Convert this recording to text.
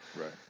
Right